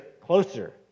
closer